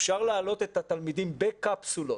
אפשר להעלות את התלמידים בקפסולות,